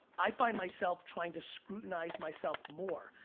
i find myself trying to scrutinize myself more.